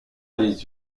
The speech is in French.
les